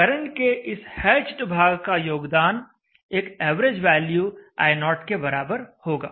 current के इस hatched भाग का योगदान एक एवरेज वैल्यू i0 के बराबर होगा